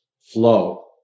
flow